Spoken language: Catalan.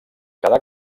cada